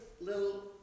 little